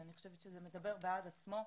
אני חושבת שזה מדבר בעד עצמו.